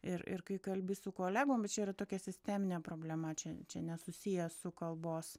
ir ir kai kalbi su kolegom bet čia yra tokia sisteminė problema čia čia nesusiję su kalbos